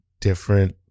different